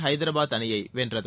ஐதராபாத் அணியை வென்றது